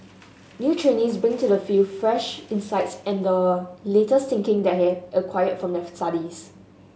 new trainees bring to the field fresh insights and the latest thinking they have acquired from their studies